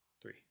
Three